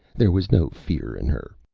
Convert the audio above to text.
there was no fear in her.